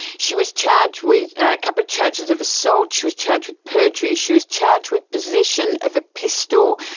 she was charged with a couple of charges of assault, she was charged with perjury, she was charged with possession of a pistol,